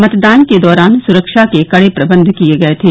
मतदान के दौरान सुरक्षा के कड़े प्रबंध किये गये थे